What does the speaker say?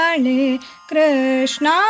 Krishna